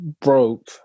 broke